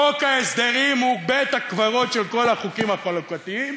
חוק ההסדרים הוא בית-הקברות של כל החוקים החלוקתיים,